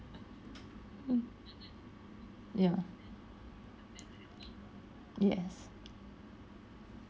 um ya yes